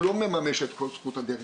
הוא לא מממש את כל זכות הדרך,